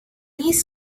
his